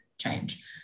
change